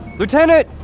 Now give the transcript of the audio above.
lieutenant!